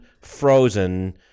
frozen